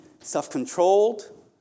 self-controlled